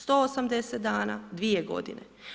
180 dana, dvije godine.